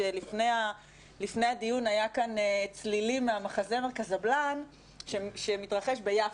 שלפני הדיון היה כאן צלילים מהמחזר קזבלן שמתרחש ביפו,